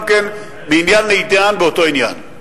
גם כן מעניין לעניין באותו עניין.